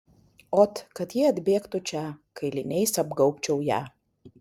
ot kad ji atbėgtų čia kailiniais apgaubčiau ją